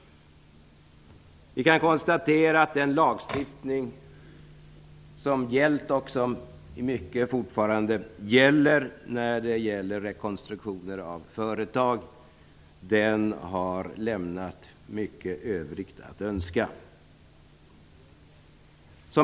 Vi kan konstatera att den lagstiftning som gällt och som i mycket fortfarande gäller beträffande rekonstruktioner av företag har lämnat mycket övrigt att önska.